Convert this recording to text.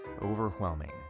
overwhelming